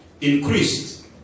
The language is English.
increased